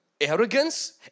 Arrogance